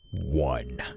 one